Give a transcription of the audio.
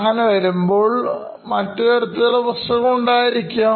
അങ്ങനെ വരുമ്പോൾ മറ്റു തരത്തിലുള്ള പ്രശ്നങ്ങൾ ഉണ്ടാകുന്നു